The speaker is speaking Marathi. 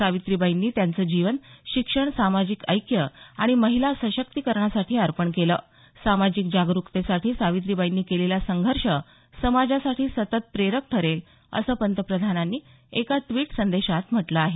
सावित्रीबाईंनी त्यांचं जीवन शिक्षण सामाजिक ऐक्य आणि महिला सशक्तीकरणासाठी अर्पण केलं सामाजिक जागरुकतेसाठी सावित्रीबाईंनी केलेला संघर्ष समाजासाठी सतत प्रेरक ठरेल असं पंतप्रधानांनी एका ड्वीट संदेशात म्हटलं आहे